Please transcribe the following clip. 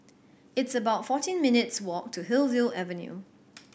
it's about fourteen minutes' walk to Hillview Avenue